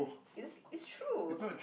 it's it's true